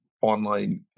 online